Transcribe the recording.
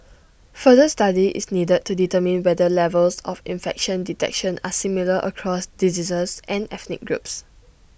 further study is needed to determine whether levels of infection detection are similar across diseases and ethnic groups